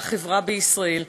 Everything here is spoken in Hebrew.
לחברה בישראל.